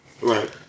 Right